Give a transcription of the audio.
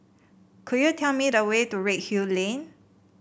could you tell me the way to Redhill Lane